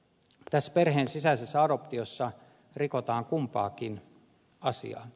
tässä perheen sisäisessä adoptiossa rikotaan kumpaakin asiaa